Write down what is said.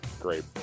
Great